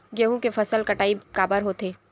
गेहूं के फसल कटाई काबर होथे?